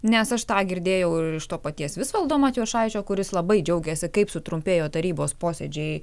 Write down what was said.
nes aš tą girdėjau iš to paties visvaldo matijošaičio kuris labai džiaugėsi kaip sutrumpėjo tarybos posėdžiai